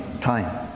time